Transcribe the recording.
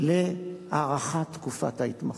להארכת תקופת ההתמחות.